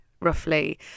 roughly